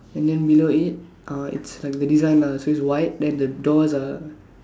and then below it uh it's like the design lah so is white and the doors are